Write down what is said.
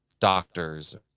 doctors